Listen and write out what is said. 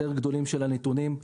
יותר גדולים של הנתונים,